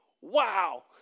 wow